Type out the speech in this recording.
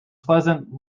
pleasant